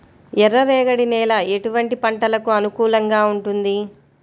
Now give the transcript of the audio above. ఎర్ర రేగడి నేల ఎటువంటి పంటలకు అనుకూలంగా ఉంటుంది?